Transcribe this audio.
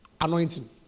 anointing